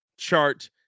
chart